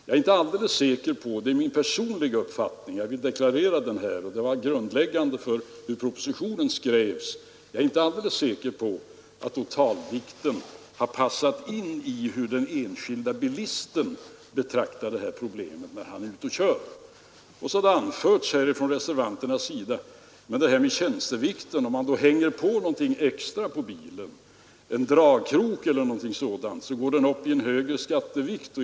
Jag är inte alldeles säker på — det är min personliga uppfattning och jag vill deklarera den här därför att den är grundläggande för utformningen av propositionen — att totalvikten hade passat in i hur den enskilde bilisten betraktar detta problem. Det har också anförts från reservanternas sida om tjänstevikten att om man hänger på något extra på bilen, t.ex. en dragkrok, så kommer bilen upp i en högre skattevikt.